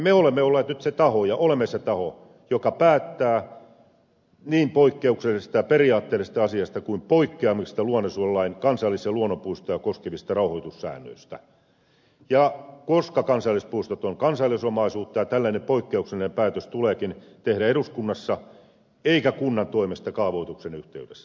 me olemme olleet nyt se taho ja olemme se taho joka päättää niin poikkeuksellisesta ja periaatteellisesta asiasta kuin poikkeamisesta luonnonsuojelulain kansallis ja luonnonpuistoja koskevista rauhoitussäännöistä koska kansallispuistot ovat kansallisomaisuutta ja tällainen poikkeuksellinen päätös tuleekin tehdä eduskunnassa eikä kunnan toimesta kaavoituksen yhteydessä